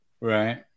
Right